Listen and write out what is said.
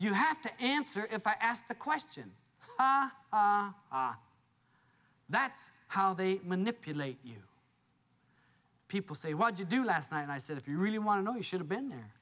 you have to answer if i ask the question that's how they manipulate you people say what you do last night and i said if you really want to know you should have been there